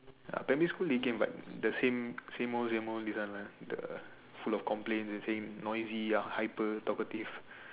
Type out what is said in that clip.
uh primary school they came but the same same old same old this one lah the full of complaints they saying noisy you are hyper talkative